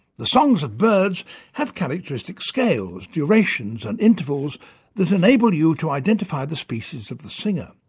the songs of birds have characteristic scales, durations and intervals that enable you to identify the species of the singer.